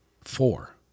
Four